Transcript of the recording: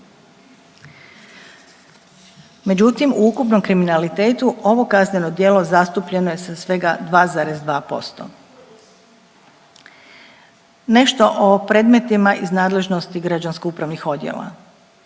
Međutim u ukupnom kriminalitetu ovo kazneno djelo zastupljeno je sa svega 2,2%. Nešto o predmetima iz nadležnosti građansko-upravnih odjela,